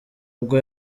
ubwo